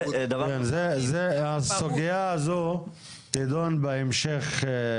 הסוגיה הזו תידון בהמשך.